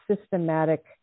systematic